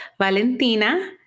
Valentina